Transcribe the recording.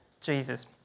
Jesus